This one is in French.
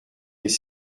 des